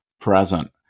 present